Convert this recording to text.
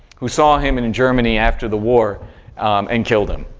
who saw him in in germany after the war and killed him,